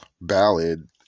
ballad